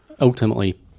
ultimately